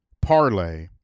parlay